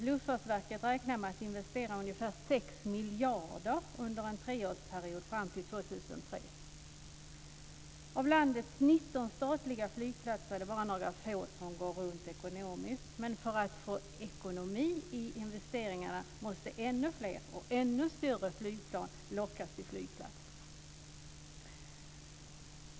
Luftfartsverket räknar med att investera ungefär 6 miljarder under en treårsperiod fram till Av landets 19 statliga flygplatser är det bara några få som går runt ekonomiskt. Men för att få ekonomi i investeringarna måste ännu fler och ännu större flygplan lockas till flygplatserna.